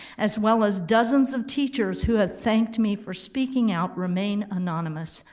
as well as dozens of teachers who have thanked me for speaking out, remain anonymous,